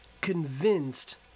convinced